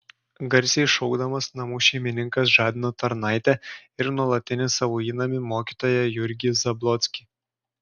garsiai šaukdamas namų šeimininkas žadino tarnaitę ir nuolatinį savo įnamį mokytoją jurgį zablockį